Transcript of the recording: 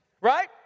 right